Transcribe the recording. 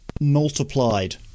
multiplied